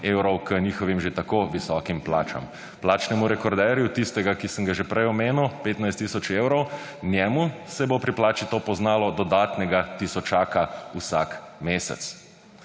k njihovim že tako visokim plačam. Plačnemu rekorderju tistega, ki sem ga že prej omenil 15 tisoč evrov njemu se bo pri plači to poznalo dodatnega tisočaka vsak mesec.